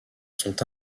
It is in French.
sont